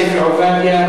ספי עובדיה,